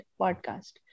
podcast